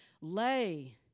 lay